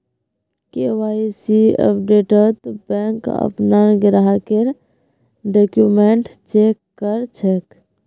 KYC अपडेटत bank अपनार ग्राहकेर डॉक्यूमेंट चेक कर छेक